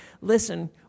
listen